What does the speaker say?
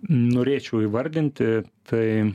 norėčiau įvardinti tai